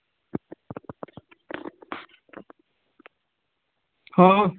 hello